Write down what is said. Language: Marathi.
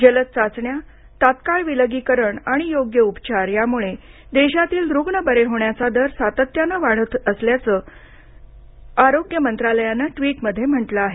जलद चाचण्या तत्काळ विलगीकरण आणि योग्य उपचार यामुळे देशातील रुग्ण बरे होण्याचा दर सातत्यानं वाढत होत असल्याचं आरोग्य मंत्रालयानं ट्वीटमध्ये म्हटलं आहे